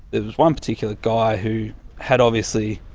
there was one particular guy who had obviously,